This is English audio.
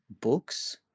books